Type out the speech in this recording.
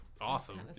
awesome